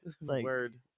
Word